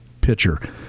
pitcher